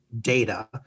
data